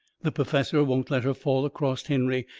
the perfessor won't let her fall acrost henry.